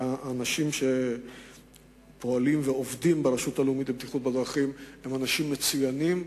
האנשים שפועלים ועובדים ברשות הלאומית לבטיחות בדרכים הם אנשים מצוינים,